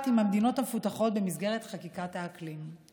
עם המדינות המפותחות במסגרת חקיקת האקלים.